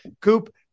Coop